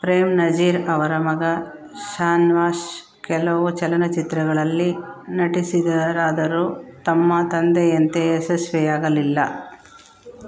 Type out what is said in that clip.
ಪ್ರೇಮ್ ನಜೀರ್ ಅವರ ಮಗ ಶಾನ್ವಾಷ್ ಕೆಲವು ಚಲನಚಿತ್ರಗಳಲ್ಲಿ ನಟಿಸಿದರಾದರೂ ತಮ್ಮ ತಂದೆಯಂತೆ ಯಶಸ್ವಿಯಾಗಲಿಲ್ಲ